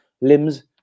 Limbs